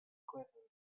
quivered